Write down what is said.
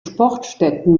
sportstätten